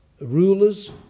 Rulers